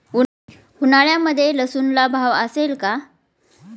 उन्हाळ्यामध्ये लसूणला भाव असेल का?